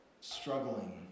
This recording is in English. struggling